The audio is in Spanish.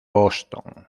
boston